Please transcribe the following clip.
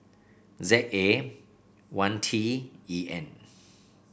Z A one T E N